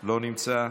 לא נמצא,